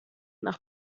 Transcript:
nach